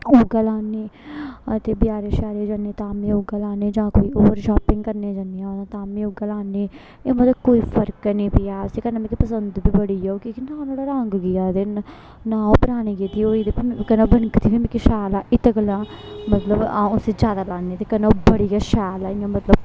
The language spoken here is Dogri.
उ'यै लान्नी अते बजारे छजारे जन्नी तां बी उ'यै लानी जां कोई होर शापिंग करने जन्नी आं तां बी उ'यै लान्नी मतलब कोई फर्क नी पेआ उसी कन्नै मिकी पंसद बी बड़ी ऐ ओ की की नां नुहाड़ा रंग गेआ ते नां ओह् परानी गेदी होई दिक्खो हां कन्नै बनकदी बी मिकी शैल ऐ इत्तै गल्लै आ'ऊं मतलब उसी ज्यादा लान्नी ते कन्नै ओह् बड़ी गै शैल ऐ इ'यां मतलब